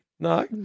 No